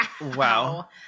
Wow